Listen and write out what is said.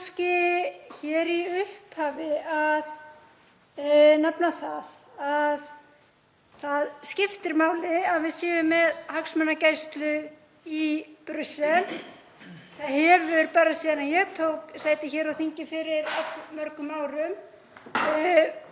Mig langar hér í upphafi að nefna að það skiptir máli að við séum með hagsmunagæslu í Brussel. Það hefur, bara síðan ég tók sæti hér á þingi fyrir allmörgum árum,